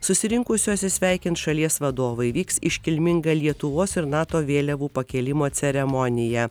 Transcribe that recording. susirinkusiuosius sveikins šalies vadovai vyks iškilminga lietuvos ir nato vėliavų pakėlimo ceremonija